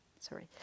Sorry